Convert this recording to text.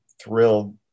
thrilled